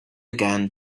again